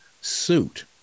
suit